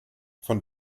von